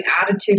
attitude